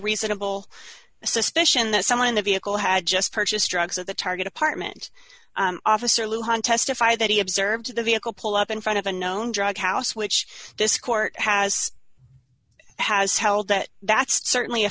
reasonable suspicion that someone in the vehicle had just purchased drugs at the target apartment officer lou hunt testified that he observed the vehicle pull up in front of a known drug house which this court has has held that that's certainly a